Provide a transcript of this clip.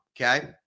okay